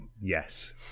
Yes